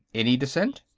any dissent?